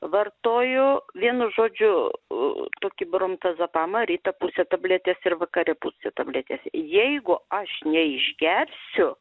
vartoju vienu žodžiu tokį bromazepamą ryte pusę tabletės ir vakare pusę tabletės jeigu aš neišgersiu